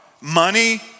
money